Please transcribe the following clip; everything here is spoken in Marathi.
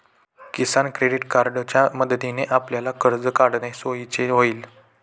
किसान क्रेडिट कार्डच्या मदतीने आपल्याला कर्ज काढणे सोयीचे होईल